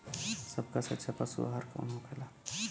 सबका ले अच्छा पशु आहार कवन होखेला?